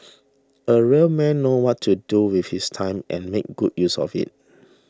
a real man knows what to do with his time and makes good use of it